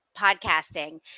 podcasting